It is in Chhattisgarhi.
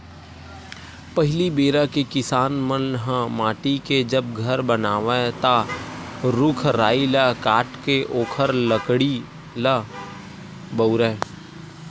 पहिली बेरा के किसान मन ह माटी के जब घर बनावय ता रूख राई ल काटके ओखर लकड़ी ल बउरय